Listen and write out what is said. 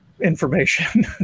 information